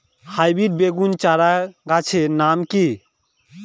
Hybrid বেগুন চারাগাছের নাম কি?